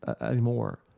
anymore